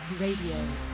Radio